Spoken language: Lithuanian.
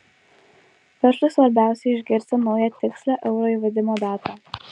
verslui svarbiausia išgirsti naują tikslią euro įvedimo datą